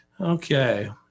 Okay